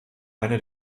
eine